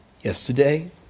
yesterday